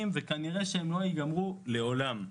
וכנראה שהם לא ייגמרו לעולם.